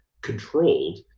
controlled